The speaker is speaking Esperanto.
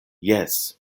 jes